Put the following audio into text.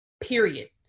period